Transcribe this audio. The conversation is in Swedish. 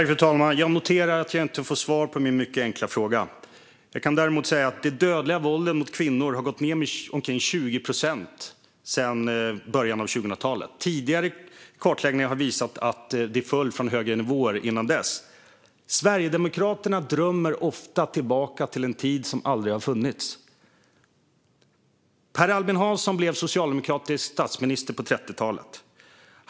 Fru talman! Jag noterar att jag inte fick svar på min mycket enkla fråga. Jag kan däremot säga att det dödliga våldet mot kvinnor har gått ned med omkring 20 procent sedan början av 2000-talet, och tidigare kartläggningar har visat att det föll från högre nivåer innan dess. Sverigedemokraterna drömmer sig ofta tillbaka till en tid som aldrig har funnits. Per Albin Hansson blev socialdemokratisk statsminister på 30talet.